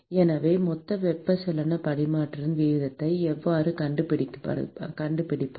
எனவே மொத்த வெப்ப பரிமாற்ற வீதத்தை எவ்வாறு கண்டுபிடிப்பது